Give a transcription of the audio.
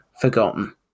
forgotten